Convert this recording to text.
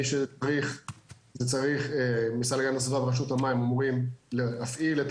המשרד להגנת הסביבה ורשות המים אמורים להפעיל את